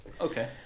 Okay